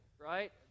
right